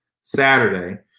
Saturday